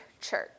church